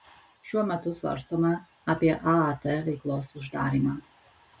šiuo metu svarstome apie aat veiklos uždarymą